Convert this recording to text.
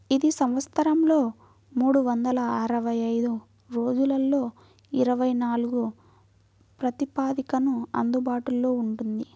ఇది సంవత్సరంలో మూడు వందల అరవై ఐదు రోజులలో ఇరవై నాలుగు ప్రాతిపదికన అందుబాటులో ఉంటుంది